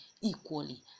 equally